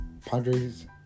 Padres